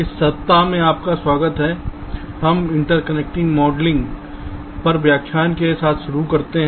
इसलिए इस सप्ताह में आपका स्वागत है हम इंटरकनेक्टिंग मॉडलिंग पर व्याख्यान के साथ शुरू करते हैं